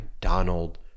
Donald